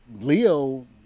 leo